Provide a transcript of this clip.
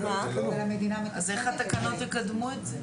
אז איך התקנות יקדמו את זה?